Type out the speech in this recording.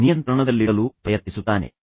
ಅದನ್ನು ನಿಯಂತ್ರಣದಲ್ಲಿಡಲು ಪ್ರಯತ್ನಿಸುತ್ತಾನೆ